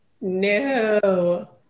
No